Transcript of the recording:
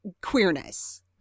queerness